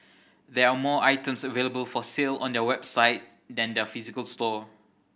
there are more items available for sale on their website than their physical store